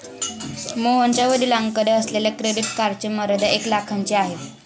मोहनच्या वडिलांकडे असलेल्या क्रेडिट कार्डची मर्यादा एक लाखाची आहे